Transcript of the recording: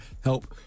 help